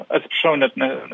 atsiprašau net ne